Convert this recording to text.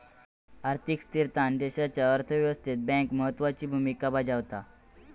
आर्थिक स्थिरता आणि देशाच्या अर्थ व्यवस्थेत बँका महत्त्वाची भूमिका बजावतत